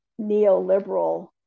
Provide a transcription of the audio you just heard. neoliberal